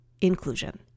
inclusion